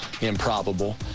improbable